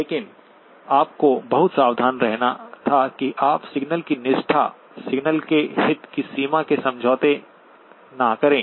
लेकिन आपको बहुत सावधान रहना था कि आप सिग्नल की निष्ठा सिग्नल के हित की सीमा से समझौता न करें